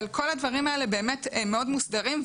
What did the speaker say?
אבל כל הדברים האלה הם באמת מאוד מוסדרים,